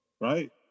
Right